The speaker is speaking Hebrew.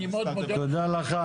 אני מאוד מודה לך.